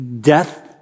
death